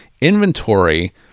inventory